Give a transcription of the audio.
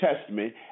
Testament